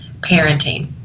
Parenting